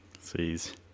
sees